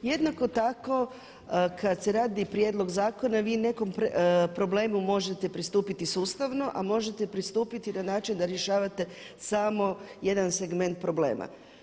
Jednako tako kad se radi prijedlog zakona vi nekom problemu možete pristupiti sustavno, a možete pristupiti na način da rješavate samo jedan segment problema.